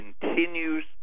continues